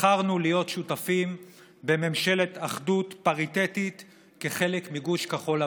בחרנו להיות שותפים בממשלת אחדות פריטטית כחלק מגוש כחול לבן.